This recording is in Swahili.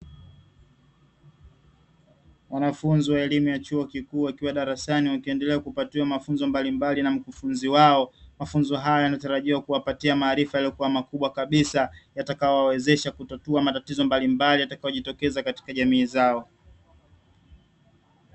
wanafunzi wa elimu ya chuo kikuu akiwa darasani wakiendelea kupatiwa mafunzo mbalimbali na mkufunzi wao. Mafunzo haya yanatarajiwa kuwapatia maarifa yaliyokuwa makubwa kabisa, yatakayowawezesha kutatua matatizo mbalimbali yatakayojitokeza katika jamii zao.